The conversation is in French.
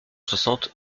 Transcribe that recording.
soixante